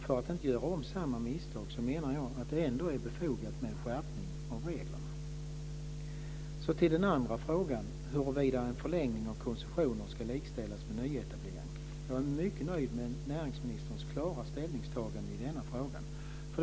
För att inte göra om samma misstag är det befogat med en skärpning av reglerna. Så till den andra frågan, huruvida en förlängning av koncessioner ska likställas med nyetablering. Jag är mycket nöjd med näringsministerns klara ställningstagande i den frågan.